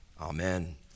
Amen